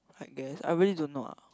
I guess I really don't know ah